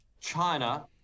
China